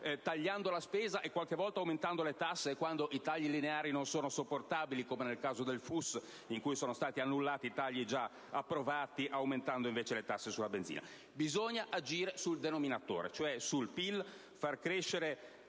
tagliando la spesa e aumentando le tasse, quando i tagli lineari non sono sopportabili (come nel caso del FUS su cui si sono precipitosamente annullati tagli già approvati, aumentando invece le tasse sulla benzina). Bisogna agire sul denominatore, cioè sul PIL che, per